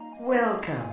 welcome